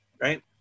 right